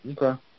Okay